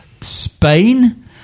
Spain